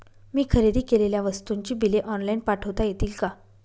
मी खरेदी केलेल्या वस्तूंची बिले ऑनलाइन पाठवता येतील का?